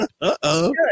Uh-oh